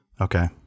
Okay